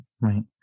right